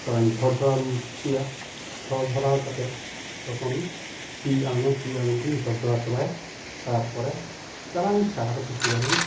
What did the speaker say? ᱛᱷᱚᱲᱟᱧ ᱡᱷᱚᱨ ᱡᱷᱚᱨᱟᱣ ᱚᱪᱚᱭᱟ ᱡᱷᱚᱨ ᱡᱷᱚᱲᱟᱣ ᱠᱟᱛᱮᱫ ᱛᱚᱠᱷᱚᱱ ᱥᱤ ᱟᱲᱜᱚᱢ ᱥᱤ ᱟᱲᱜᱚᱢ ᱛᱮᱜᱮᱧ ᱡᱷᱚᱲᱡᱷᱚᱲᱟᱣ ᱪᱟᱵᱟᱭᱟ ᱛᱟᱨᱯᱚᱨᱮ ᱪᱟᱞᱟᱜᱟᱹᱧ ᱥᱟᱦᱟᱨ ᱠᱤᱪᱷᱩ ᱜᱟᱱᱤᱧ